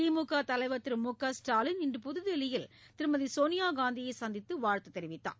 திமுக தலைவர் திரு மு க ஸ்டாலின் இன்று புதுதில்லியில் திருமதி சோனியாகாந்தியை சந்தித்து வாழ்த்துத் தெரிவித்தார்